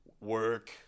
work